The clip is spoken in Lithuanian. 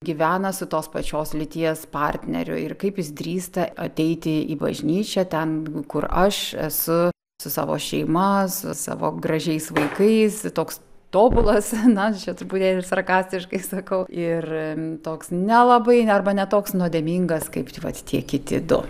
gyvena su tos pačios lyties partneriu ir kaip jis drįsta ateiti į bažnyčią ten kur aš esu su savo šeima su savo gražiais vaikais toks tobulas na aš čia truputėlį ir sarkastiškai sakau ir am toks nelabai arba ne toks nuodėmingas kaip ti vat kad tie kiti du